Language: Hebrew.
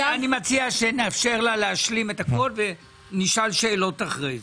אני מציע שנאפשר לה להשלים את הכול ונשאל שאלות אחרי זה.